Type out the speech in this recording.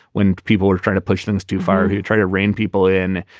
when people were trying to push things too far, he tried to rein people in.